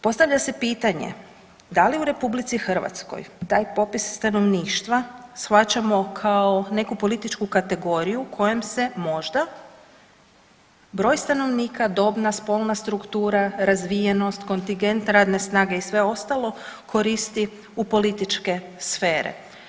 Postavlja se pitanje da li u RH taj popis stanovništva shvaćamo kao neku političku kategoriju kojom se možda broj stanovnika, dobna, spolna struktura, razvijenost, kontingent radne snage i sve ostalo koristi u političke sfere.